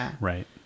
Right